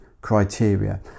criteria